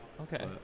Okay